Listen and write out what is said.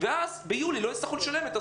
ואז בעצם כל מה שהמדינה משלמת זה הולך לגננות.